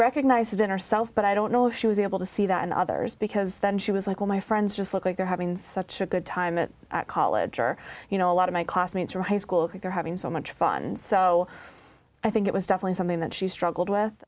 recognized that inner self but i don't know she was able to see that and others because then she was like oh my friends just look like they're having such a good time in college or you know a lot of my classmates from high school they're having so much fun so i think it was definitely something that she struggled with